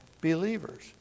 believers